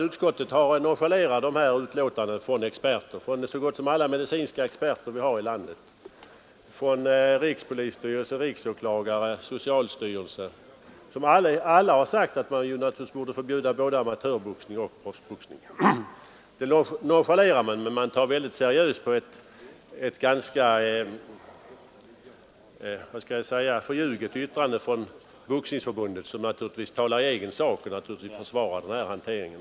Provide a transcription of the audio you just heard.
Utskottet har alltså nonchalerat uttalanden från de medicinska experter som vi har i landet och från rikspolisstyrelsen, riksåklagaren och socialstyrelsen, vilka samtliga har sagt att man borde förbjuda både amatörboxningen och proffsboxningen. Däremot tar utskottet väldigt seriöst på ett ganska förljuget yttrande av Boxningsförbundet, som givetvis talar i egen sak och försöker försvara den här hanteringen.